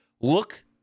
look